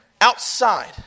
outside